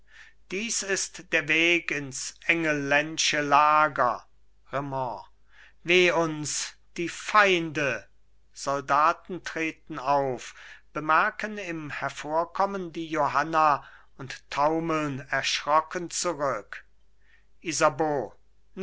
dies ist der weg ins engelländsche lager raimond weh uns die feinde soldaten treten auf bemerken im hervorkommen die johanna und taumeln erschrocken zurück isabeau